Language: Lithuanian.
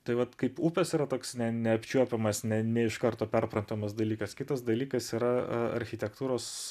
tai vat kaip upės yra toks neapčiuopiamas ne ne iš karto perprantamas dalykas kitas dalykas yra architektūros